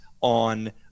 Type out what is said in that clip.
on